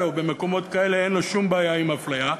או במקומות כאלה אין לו שום בעיה עם אפליה.